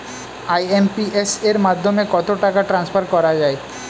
IMPS এর মাধ্যমে কত টাকা ট্রান্সফার করা যায়?